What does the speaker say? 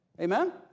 Amen